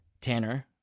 Tanner